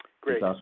great